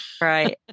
right